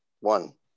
One